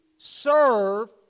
serve